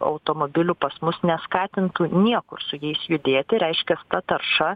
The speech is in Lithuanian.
automobilių pas mus neskatintų niekur su jais judėti reiškias ta tarša